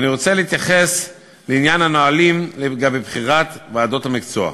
אני רוצה להתייחס לעניין הנהלים לגבי בחירת ועדות המקצוע.